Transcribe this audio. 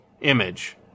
image